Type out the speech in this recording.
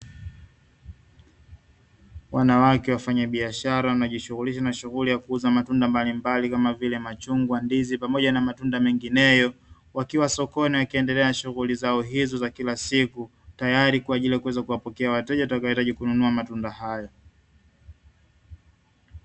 Wanawake wafanyabiashara wanajishughulisha na shughuli ya kuuza matunda mbalimbali kama vile, machungwa, ndizi, pamoja na matunda mangineyo, wakiwa sokoni wakiendelea na shughuli zao hizo za kila siku, tayari kwa ajili ya kuweza kuwapokea wateja watakaohitaji kununua matunda hayo.